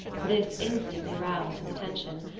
this instantly roused his attention,